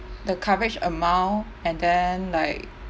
the coverage amount and then like